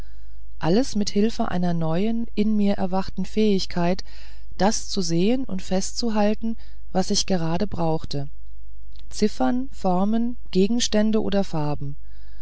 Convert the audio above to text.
alles mit hilfe einer neuen in mir erwachten fähigkeit das zu sehen und festzuhalten was ich gerade brauchte ziffern formen gegenstände oder farben